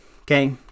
Okay